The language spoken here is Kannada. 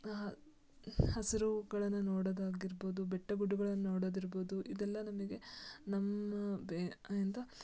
ಹಸಿರುಗಳನ್ನು ನೋಡೋದಾಗಿರ್ಬೋದು ಬೆಟ್ಟ ಗುಡ್ಡಗಳನ್ನ ನೋಡೋದಿರ್ಬೋದು ಇದೆಲ್ಲ ನಮಗೆ ನಮ್ಮ ಎಂಥ